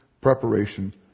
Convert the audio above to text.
preparation